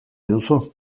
duzu